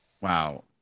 Wow